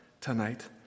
tonight